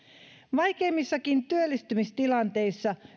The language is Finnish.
vaikeimmissakin työllistymistilanteissa